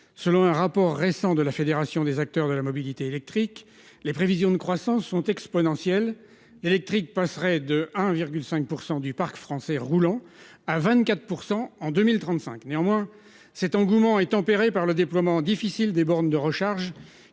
Selon un rapport récent de la Fédération des acteurs de la mobilité électrique. Les prévisions de croissance sont exponentiels électrique passerait de 1,5% du parc français roulant à 24% en 2035. Néanmoins cet engouement est tempéré par le déploiement difficile des bornes de recharge